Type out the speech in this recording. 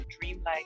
dreamlike